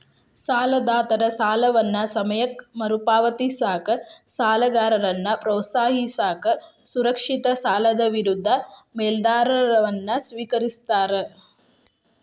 ಸಾಲದಾತರ ಸಾಲವನ್ನ ಸಮಯಕ್ಕ ಮರುಪಾವತಿಸಕ ಸಾಲಗಾರನ್ನ ಪ್ರೋತ್ಸಾಹಿಸಕ ಸುರಕ್ಷಿತ ಸಾಲದ ವಿರುದ್ಧ ಮೇಲಾಧಾರವನ್ನ ಸ್ವೇಕರಿಸ್ತಾರ